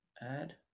add